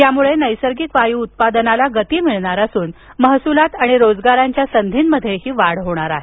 यामुळे नैसर्गिक वायू उत्पादनाला गती मिळणार असून महसूलात आणि रोजगाराच्या संधीमध्येही वाढ होणार आहे